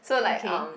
okay